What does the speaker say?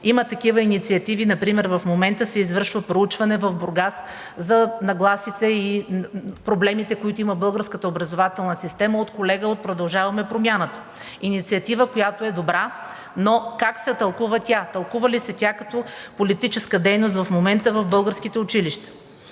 Има такива инициативи, например в момента се извършва проучване в Бургас за нагласите и проблемите, които има българската образователна система, от колега от „Продължаваме Промяната“. Инициатива, която е добра, но как се тълкува тя? Тълкува ли се като политическа дейност в момента в българските училища?